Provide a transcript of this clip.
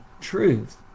truth